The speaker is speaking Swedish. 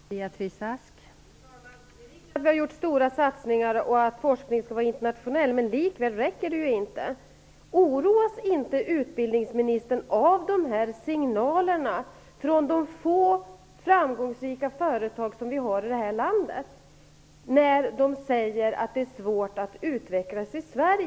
Fru talman! Det är riktigt att vi har gjort stora satsningar och att forskning skall vara internationell. Men det räcker inte. Oroas inte utbildningsministern av signalerna från de få framgångsrika företag vi har här i landet när de säger att det är svårt att utvecklas i